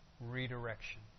redirection